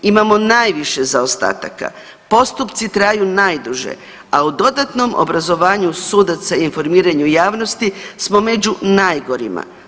Imamo najviše zaostataka, postupci traju najduže, a u dodatnom obrazovanju sudaca i informiranju javnosti smo među najgorima.